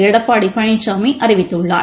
எடப்பாடிபழனிசாமிஅறிவித்துள்ளார்